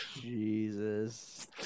Jesus